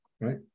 Right